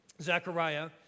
Zechariah